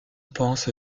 pense